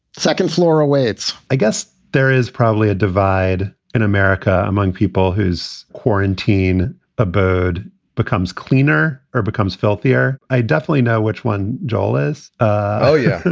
second floor away it's i guess there is probably a divide in america among people whose quarantine a bird becomes cleaner or becomes filthier. i definitely know which one joel is oh, yeah.